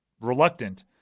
reluctant